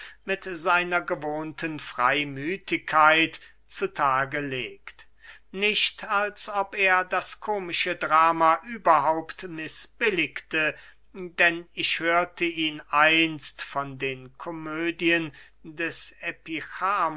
mit seiner gewohnten freymüthigkeit zu tage legt nicht als ob er das komische drama überhaupt mißbilligte denn ich hörte ihn einst von den komödien des